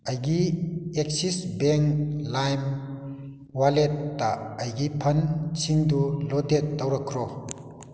ꯑꯩꯒꯤ Axis bank ꯂꯥꯏꯝ ꯋꯥꯂꯦꯠꯇ ꯑꯩꯒꯤ ꯐꯟꯁꯤꯡꯗꯨ ꯂꯣꯗꯦꯠ ꯇꯧꯔꯛꯈ꯭ꯔꯣ